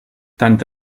tant